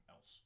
else